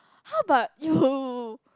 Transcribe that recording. how about you